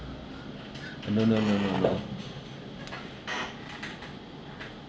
oh no no no no no